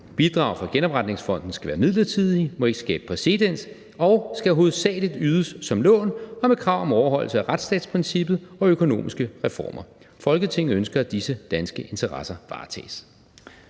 Bidrag fra genopretningsfonden skal være midlertidige, må ikke skabe præcedens, og skal hovedsagelig ydes som lån og med krav om overholdelse af retsstatsprincippet og økonomiske reformer. Folketinget ønsker, at disse danske interesser varetages.«